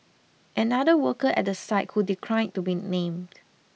another worker at the site who declined to be named